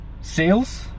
sales